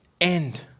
end